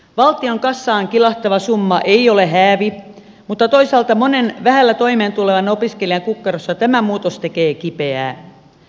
valtion kassaan kilahtava summa ei ole häävi mutta toisaalta monen vähällä toimeentulevan opiskelijan kukkarossa tämä muutos tekee kipeää